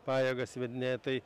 pajėgas įvedinėja tai